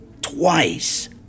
Twice